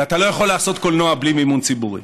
ואתה לא יכול לעשות קולנוע בלי מימון ציבורי.